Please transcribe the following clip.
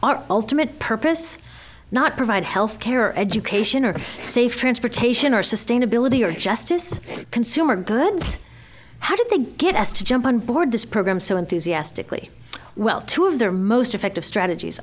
our ultimate purpose not provide health care or education or safe transportation or sustainability or justice consumer goods how did they get us to jump onboard this program so enthusiastically well two of their most effective strategies